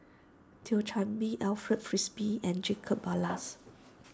Thio Chan Bee Alfred Frisby and Jacob Ballas